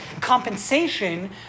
compensation